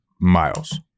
miles